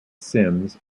sims